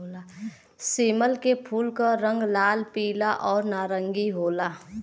सेमल के फूल क रंग लाल, पीला आउर नारंगी होला